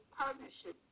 Partnership